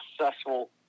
successful